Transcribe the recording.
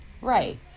Right